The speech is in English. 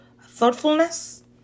Thoughtfulness